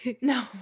No